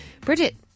bridget